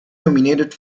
nominated